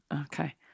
okay